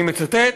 אני מצטט: